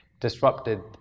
disrupted